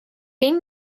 این